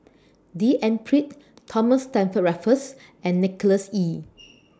D N Pritt Thomas Stamford Raffles and Nicholas Ee